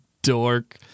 dork